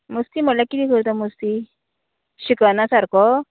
मस्ती म्हळ्यार किदें करता मस्ती शिकना सारको